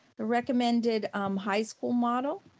the recommended high school model.